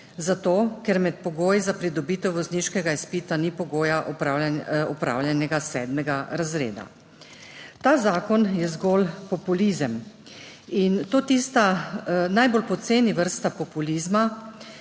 zato, ker med pogoji za pridobitev vozniškega izpita ni pogoja opravljenega sedmega razreda. Ta zakon je zgolj populizem, in to tista najbolj poceni vrsta populizma,